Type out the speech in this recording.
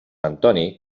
antoni